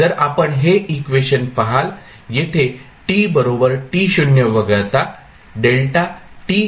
जर आपण हे इक्वेशन पहाल येथे t to वगळता 0 आहे